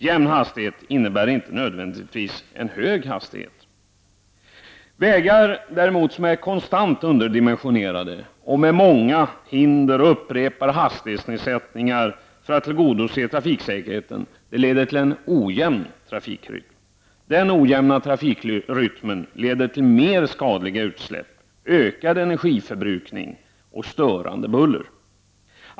Jämn hastighet innebär inte nödvändigtvis en hög hastighet, Däremot leder vägar som är konstant underdimensionerade, med många hinder och upprepade hastighetsnedsättningar för att tillgodose trafiksäkerheten, till en ojämn trafikrytm. Den ojämna trafikrytmen leder till fler skadliga utsläpp, ökad energiförbrukning och störande buller.